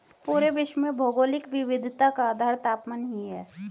पूरे विश्व में भौगोलिक विविधता का आधार तापमान ही है